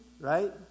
right